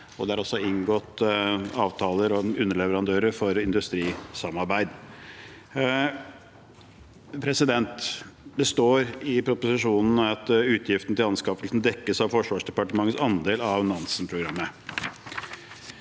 det er også inngått avtale om underleverandører for industrisamarbeid. Det står i proposisjonen at utgiftene til anskaffelsen dekkes av Forsvarsdepartementets andel av Nansenprogrammet.